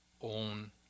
own